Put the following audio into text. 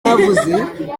ntavuze